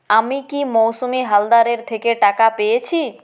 আমি কি মৌসুমি হালদারের থেকে টাকা পেয়েছি